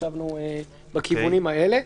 חשבנו בכיוונים האלה.